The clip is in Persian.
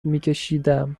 میکشیدم